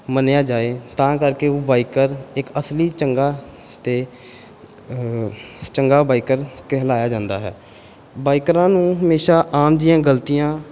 ਮੰਨਿਆ ਜਾਵੇ ਤਾਂ ਕਰਕੇ ਉਹ ਬਾਈਕਰ ਇੱਕ ਅਸਲੀ ਚੰਗਾ ਅਤੇ ਚੰਗਾ ਬਾਈਕਰ ਕਹਿਲਾਇਆ ਜਾਂਦਾ ਹੈ ਬਾਈਕਰਾਂ ਨੂੰ ਹਮੇਸ਼ਾ ਆਮ ਜਿਹੀਆਂ ਗਲਤੀਆਂ